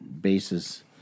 bases